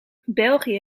belgië